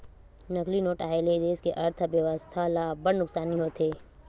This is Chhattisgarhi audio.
नकली नोट आए ले देस के अर्थबेवस्था ल अब्बड़ नुकसानी होथे